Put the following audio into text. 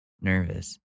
nervous